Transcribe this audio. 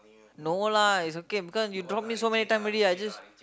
no lah is okay because you drop me so many time already I just